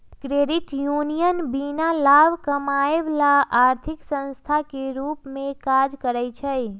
credit union बीना लाभ कमायब ला आर्थिक संस्थान के रूप में काज़ करइ छै